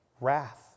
wrath